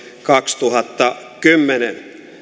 kaksituhattakymmenen